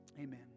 Amen